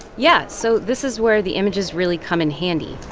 yeah, so this is where the images really come in handy.